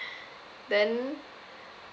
then